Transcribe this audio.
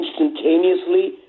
instantaneously